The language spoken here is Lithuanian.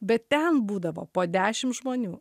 bet ten būdavo po dešimt žmonių